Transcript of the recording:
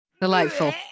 Delightful